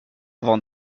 avant